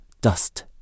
dust